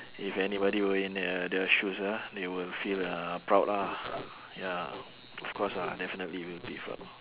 if anybody were in thei~ their shoes ah they will feel uh proud lah ya of course ah definitely will be proud